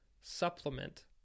supplement